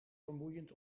vermoeiend